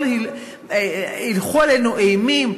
הילכו עלינו אימים,